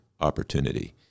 opportunity